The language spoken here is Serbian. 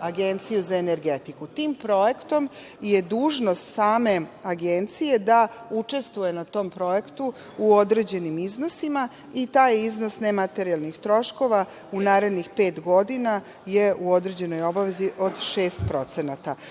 Agenciju za energetiku. Tim projektom je dužnost same Agencije da učestvuje na tom projektu u određenim iznosima i taj iznos nematerijalnih troškova u narednih pet godina je u određenoj obavezi od 6%.Mi